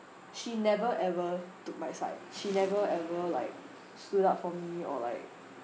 she never ever took my side she never ever like stood up for me or like